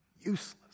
Useless